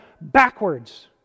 backwards